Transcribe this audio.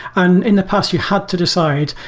and in the past, you had to decide,